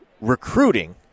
recruiting